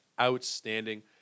outstanding